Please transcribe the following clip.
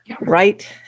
Right